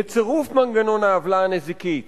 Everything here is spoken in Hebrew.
בצירוף מנגנון העוולה הנזיקית